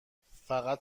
فقط